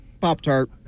Pop-Tart